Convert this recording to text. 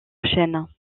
chêne